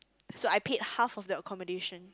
so I paid half of the accommodation